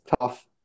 tough